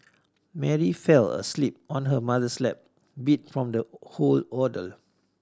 Mary fell asleep on her mother's lap beat from the whole ordeal